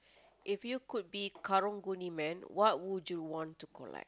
if you could be karang-guni man what would you want to collect